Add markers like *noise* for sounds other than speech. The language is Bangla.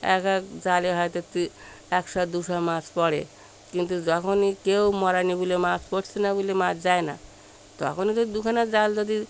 এক এক জালে হয়তো *unintelligible* একশো দুশো মাছ পড়ে কিন্তু যখনই কেউ মারেনি বলে মাছ পড়ছে না বলে মাছ যায় না তখনই তো দুখানা জাল যদি